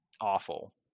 awful